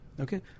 okay